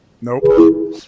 nope